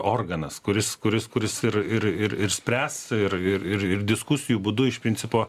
organas kuris kuris kuris ir ir ir spręs ir ir ir diskusijų būdu iš principo